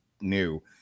new